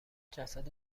جسد